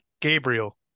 Gabriel